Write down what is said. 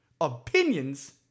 opinions